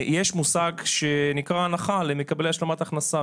יש מושג שנקרא הנחה למקבלי השלמת הכנסה.